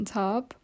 top